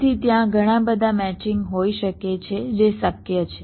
તેથી ત્યાં ઘણા બધા મેચિંગ હોઈ શકે છે જે શક્ય છે